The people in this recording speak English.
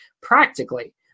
practically